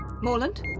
Morland